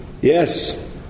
Yes